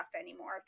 anymore